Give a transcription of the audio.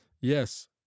Yes